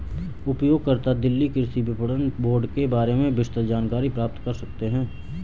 उपयोगकर्ता दिल्ली कृषि विपणन बोर्ड के बारे में विस्तृत जानकारी प्राप्त कर सकते है